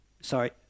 sorry